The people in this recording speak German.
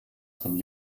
von